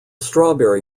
strawberry